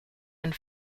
and